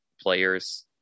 players